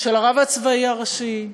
של הרב הצבאי הראשי,